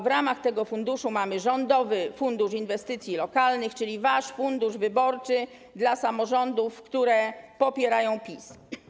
W ramach tego funduszu mamy Rządowy Fundusz Inwestycji Lokalnych, czyli wasz fundusz wyborczy dla samorządów, które popierają PiS.